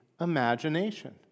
imagination